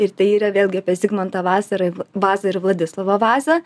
ir tai yra vėlgi apie zigmantą vazą vazą ir vladislovą vazą